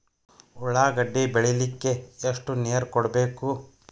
ಉಳ್ಳಾಗಡ್ಡಿ ಬೆಳಿಲಿಕ್ಕೆ ಎಷ್ಟು ನೇರ ಕೊಡಬೇಕು?